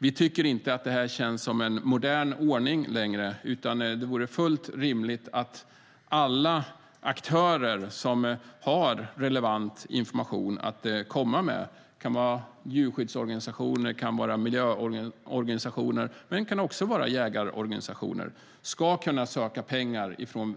Vi tycker inte att detta känns som en modern ordning längre. Det vore i stället fullt rimligt att alla aktörer som har relevant information att komma med - det kan vara djurskyddsorganisationer och miljöorganisationer men också jägarorganisationer - skulle kunna söka pengar från